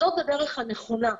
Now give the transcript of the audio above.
זאת הדרך הנכונה.